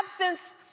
absence